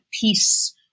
peace